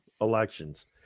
elections